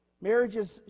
Marriages